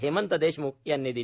हेमंत देशम्ख यांनी दिली